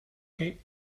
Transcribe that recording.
cape